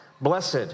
Blessed